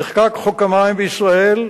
נחקק חוק המים בישראל,